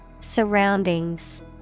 Surroundings